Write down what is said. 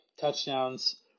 touchdowns